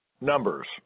Numbers